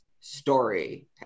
story